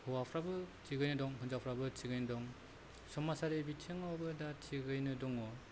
हौवाफ्राबो थिगैनो दं हिनजावफ्राबो थिगैनो दं समजारि बिथिङावबो दा थिगैनो दङ